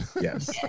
Yes